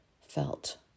felt